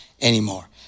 anymore